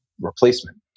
replacement